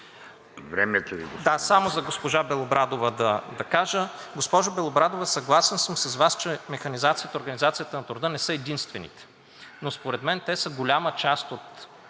АСЕН ВАСИЛЕВ: Да, само за госпожа Белобрадова да кажа. Госпожо Белобрадова, съгласен съм с Вас, че механизацията и организацията на труда не са единствени, но според мен те са голяма част от